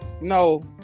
no